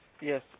Yes